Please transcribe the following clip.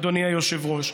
אדוני היושב-ראש.